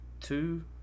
Two